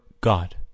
God